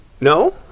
No